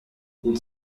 une